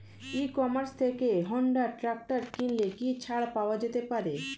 E commerce থেকে Honda tractor কিনলে কি ছাড় পাওয়া যেতে পারে?